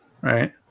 right